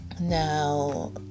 Now